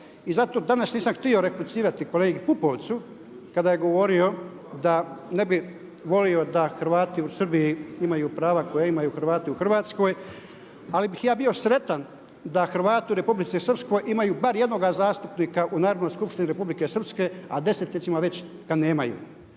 I zato danas nisam htio replicirati kolegi Pupovcu kada je govorio da ne bi volio da Hrvati u Srbiji imaju prava koja imaju Hrvati u Hrvatskoj ali bih ja bio sretan da Hrvati u Republici Srpskoj imaju bar jednoga zastupnika u Narodnoj skupštini Republike Srpske a desetljećima već ga nemaju.